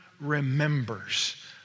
remembers